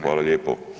Hvala lijepo.